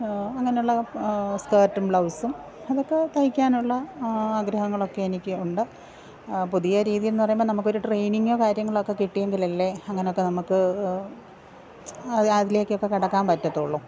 അങ്ങനെയുള്ള സ്കേട്ടും ബ്ലൗസും അതൊക്കെ തയ്ക്കാനുള്ള ആഗ്രഹങ്ങളൊക്കെ എനിക്ക് ഉണ്ട് പുതിയ രീതി എന്ന് പറയുമ്പോൾ നമുക്ക് ഒരു ട്രെയ്നിങ്ങോ കാര്യങ്ങളൊക്കെ കിട്ടിയെങ്കിലല്ലേ അങ്ങനെയൊക്കെ നമുക്ക് അത് അതിലേക്ക് ഒക്കെ കടക്കാൻ പറ്റത്തുള്ളു